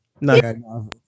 No